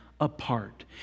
apart